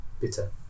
Bitter